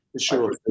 Sure